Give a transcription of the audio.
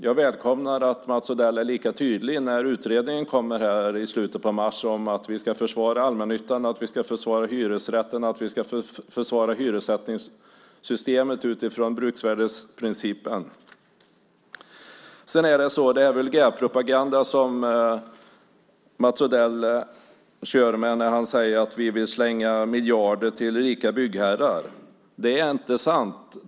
Jag välkomnar att Mats Odell är lika tydlig när utredningen kommer i slutet av mars när det gäller att vi ska försvara allmännyttan, att vi ska försvara hyresrätten och att vi ska försvara hyressättningssystemet utifrån bruksvärdesprincipen. Sedan är det vulgärpropaganda som Mats Odell kör med när han säger att vi vill slänga miljarder till rika byggherrar. Det är inte sant.